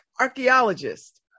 archaeologist